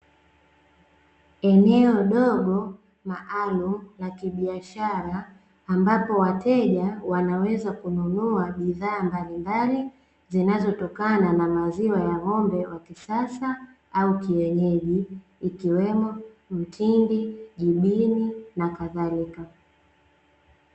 Eneo dogo maalumu la kibiashara ambapo, wateja wanaweza kununua bidhaa mbalimbali zinazotokana na maziwa ya ng'ombe wa kisasa au wa kienyeji, ikiwemo mtindi, jibini, na kadhalika.